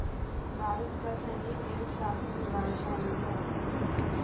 भारत का सैन्य बजट काफी प्रभावशाली है